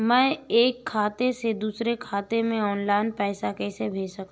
मैं एक खाते से दूसरे खाते में ऑनलाइन पैसे कैसे भेज सकता हूँ?